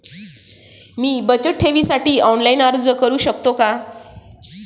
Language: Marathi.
मी बचत ठेवीसाठी ऑनलाइन अर्ज करू शकतो का?